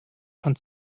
schon